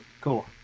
cool